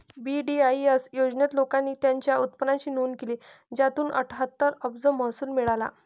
VDIS योजनेत, लोकांनी त्यांच्या उत्पन्नाची नोंद केली, ज्यातून अठ्ठ्याहत्तर अब्ज महसूल मिळाला